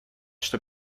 что